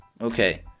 Okay